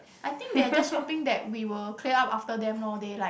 I think they are just hoping that we will clear up after them lor they like